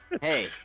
hey